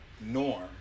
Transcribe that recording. norm